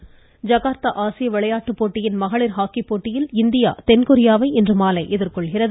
Jakarta ஆசிய விளையாட்டு போட்டியின் மகளிர் ஹாக்கி போட்டியில் இந்தியா தென்கொரியாவை இன்று மாலை எதிர்கொள்கிறது